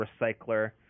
recycler